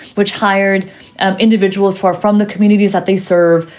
which hired individuals far from the communities that they serve,